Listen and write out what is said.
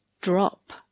drop